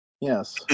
Yes